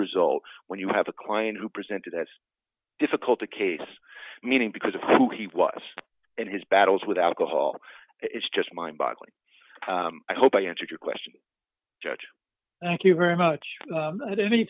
result when you have a client who presented as difficult a case meaning because of who he was and his battles with alcohol it's just mind boggling i hope i answered your question judge accu very much at any